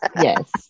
Yes